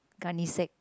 gunny sack